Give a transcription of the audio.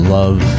love